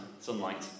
sunlight